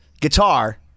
guitar